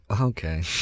Okay